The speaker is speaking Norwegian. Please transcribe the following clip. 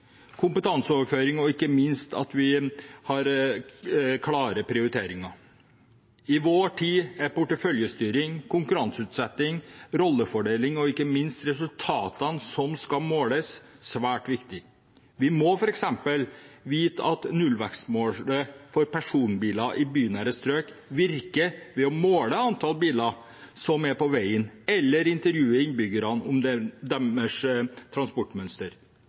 kompetanseoverføring, og ikke minst for at vi har klare prioriteringer. I vår tid er porteføljestyring, konkurranseutsetting, rollefordeling og ikke minst resultatene som skal måles, svært viktige. Vi må f.eks. vite at nullvekstmålet for personbiler i bynære strøk virker, ved å måle antall biler på veien eller intervjue innbyggerne om transportmønsteret deres.